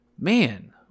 man